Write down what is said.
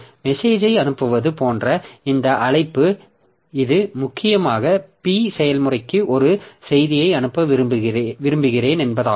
மெசேஜ்யை அனுப்புவது போன்ற இந்த அழைப்பு இது முக்கியமாக P செயல்முறைக்கு ஒரு செய்தியை அனுப்ப விரும்புகிறேன் என்பதாகும்